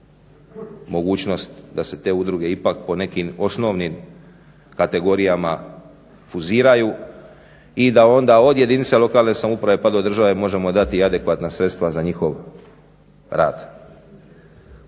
mogućnost da se te udruge ipak po nekim osnovnim kategorijama fuziraju i da onda od jedinice lokalne samouprave pa do države možemo dati i adekvatna sredstva za njihov rad.